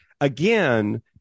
again